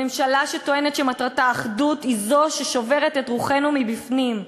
הממשלה שטוענת שמטרתה אחדות היא זו ששוברת את רוחנו מבפנים: